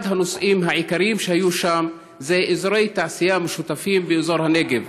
אחד הנושאים העיקריים שהיו שם זה: אזורי תעשייה משותפים באזור הנגב,